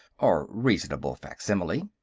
or reasonable facsimile.